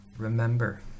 Remember